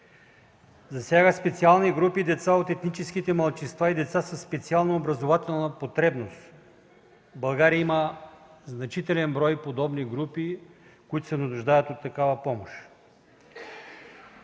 засяга специални групи деца от етническите малцинства и деца със специална образователна потребност. В България има значителен брой подобни групи, нуждаещи се от такава помощ.